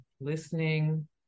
listening